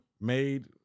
made